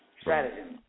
Strategy